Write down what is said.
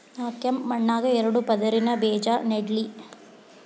ನಾ ಕೆಂಪ್ ಮಣ್ಣಾಗ ಎರಡು ಪದರಿನ ಬೇಜಾ ನೆಡ್ಲಿ?